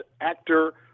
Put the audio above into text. actor